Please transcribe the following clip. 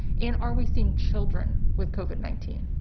and are we seeing children with covid nineteen.